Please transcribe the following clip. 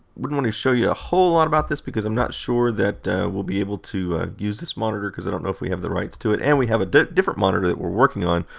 wouldn't want to show you a whole lot about this because i'm not sure we'll be able to use this monitor because i don't know if we have the rights to it. and we have a different monitor that we're working on,